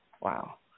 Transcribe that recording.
Wow